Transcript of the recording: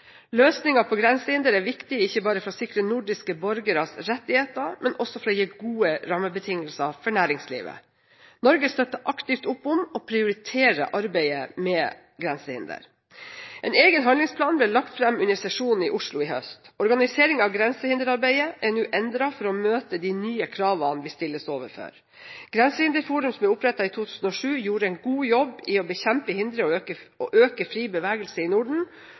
på grensehinder er viktig ikke bare for å sikre nordiske borgeres rettigheter, men også for å gi gode rammebetingelser for næringslivet. Norge støtter aktivt opp om og prioriterer arbeidet med grensehinder. En egen handlingsplan ble lagt fram under sesjonen i Oslo i høst. Organiseringen av grensehinderarbeidet er nå endret for å møte de nye kravene vi stilles overfor. Grensehinderforumet, som ble opprettet i 2007, gjorde en god jobb i å bekjempe hindre og øke fri bevegelse i Norden,